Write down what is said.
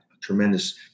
tremendous